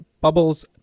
bubbles